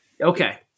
Okay